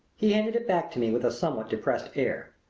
he handed it back to me with a somewhat depressed air.